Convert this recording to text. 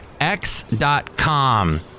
X.com